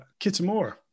Kitamura